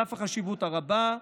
על אף החשיבות הרבה,